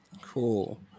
Cool